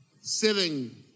sitting